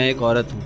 ah got it